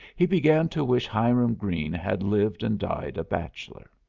he began to wish hiram greene had lived and died a bachelor.